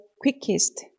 quickest